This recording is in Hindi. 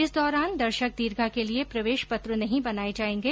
इस दौरान दर्शक दीर्घा के लिए प्रवेश पत्र नहीं बनाए जाएंगे